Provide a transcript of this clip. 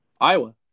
Iowa